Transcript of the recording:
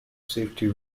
safety